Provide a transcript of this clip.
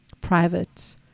private